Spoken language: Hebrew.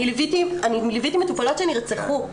אני ליוויתי מטופלות שנרצחו.